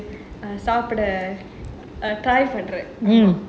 இல்லாம சாப்பிட:illama saapida try பண்றேன்:pandraen